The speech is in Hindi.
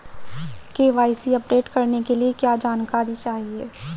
के.वाई.सी अपडेट करने के लिए क्या जानकारी चाहिए?